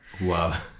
Wow